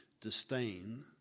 disdain